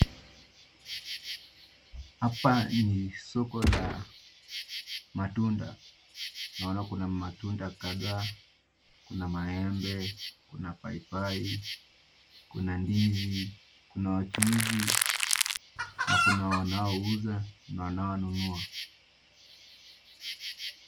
Hapa ni soko la matunda, naona kuna matunda kadhaa; kuna maembe, kuna paipai, kuna ndizi, kuna wachuuzi, na kuna wanaouza na wanaonunua.